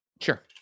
sure